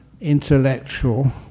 intellectual